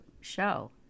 show